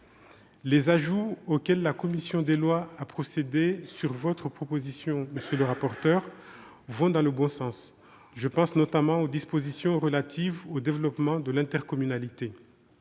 Les ajouts auxquels la commission des lois a procédé sur votre proposition, monsieur le rapporteur, vont dans le bon sens. Je pense notamment aux dispositions relatives au développement de l'intercommunalité.